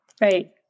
Right